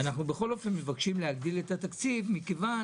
אנחנו בכל אופן מבקשים להגדיל את התקציב מכיוון